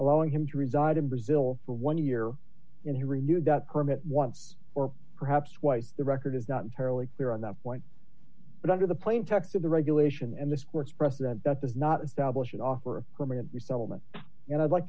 allowing him to reside in brazil for one year and he renew that permit once or perhaps twice the record is not entirely clear on that point but under the plain text of the regulation and this court's precedent that does not establish an offer of permanent resettlement and i'd like